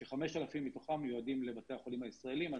כש-5,000 מתוכן מיועדות לבתי החולים הישראליים על